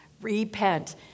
repent